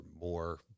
more